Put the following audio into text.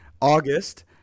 August